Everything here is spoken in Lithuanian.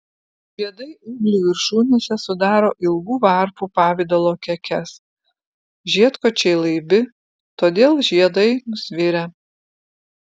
žiedai ūglių viršūnėse sudaro ilgų varpų pavidalo kekes žiedkočiai laibi todėl žiedai nusvirę